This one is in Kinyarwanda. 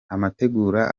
amategura